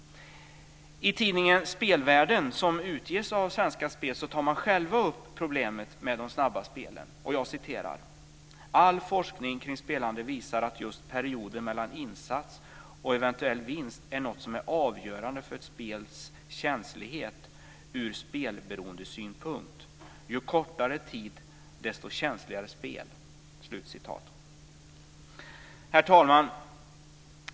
I tidningen Spelvärlden, som utges av Svenska Spel, tar man själv upp problemet med de snabba spelen och skriver: "All forskning kring spelande visar att just perioden mellan insats och eventuell vinst är något som är avgörande för ett spels känslighet ur spelberoendesynpunkt - ju kortare tid desto känsligare spel." Herr talman!